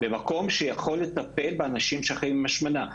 מקום שיכול לטפל באנשים שחיים עם השמנה.